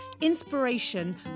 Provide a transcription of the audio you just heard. inspiration